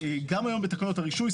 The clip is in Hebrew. גם היום בתקנות הרישוי,